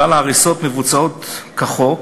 כלל ההריסות מבוצע כחוק,